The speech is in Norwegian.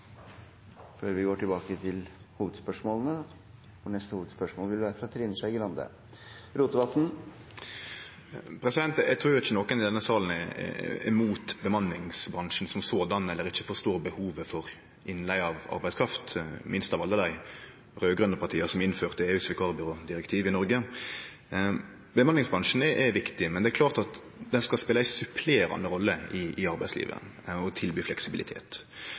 før valget. Sveinung Rotevatn – til oppfølgingsspørsmål. Eg trur ikkje nokon i denne salen er mot bemanningsbransjen eller ikkje forstår behovet for innleige av arbeidskraft, minst av alle dei raud-grøne partia som innførte EUs vikarbyrådirektiv i Noreg. Bemanningsbransjen er viktig, men det er klart at han skal spele ei supplerande rolle i arbeidslivet og tilby fleksibilitet.